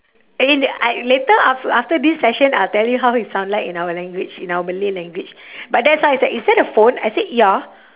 and in the I later af~ after this session I'll tell you how he sound like in our language in our malay language but that's how he's like is that a phone I said ya